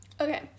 Okay